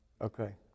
Okay